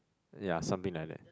yea something like that